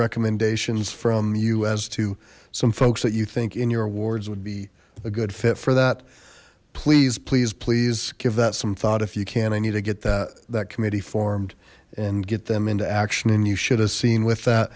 recommendations from you as to some folks that you think in your awards would be a good fit for that please please please give that some thought if you can i need to get that that committee formed and get them into action and you should have seen with that